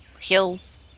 Hills